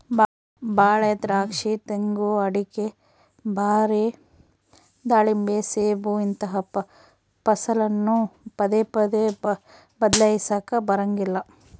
ಬಾಳೆ, ದ್ರಾಕ್ಷಿ, ತೆಂಗು, ಅಡಿಕೆ, ಬಾರೆ, ದಾಳಿಂಬೆ, ಸೇಬು ಇಂತಹ ಫಸಲನ್ನು ಪದೇ ಪದೇ ಬದ್ಲಾಯಿಸಲಾಕ ಬರಂಗಿಲ್ಲ